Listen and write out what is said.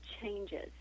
changes